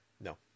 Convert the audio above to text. No